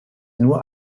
nur